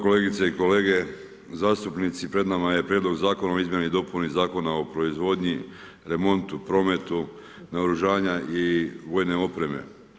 Kolegice i kolege zastupnici, pred nama je Prijedlog Zakona o izmjenama i dopuni Zakona o proizvodnji remontu, prometu, naoružanja i vojne opreme.